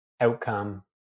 outcome